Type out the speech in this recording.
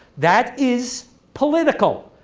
that is political.